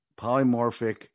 polymorphic